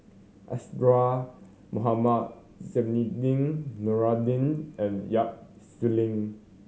Isadhora Mohamed Zainudin Nordin and Yap Su Yin